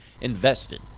invested